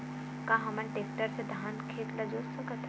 का हमन टेक्टर से धान के खेत ल जोत सकथन?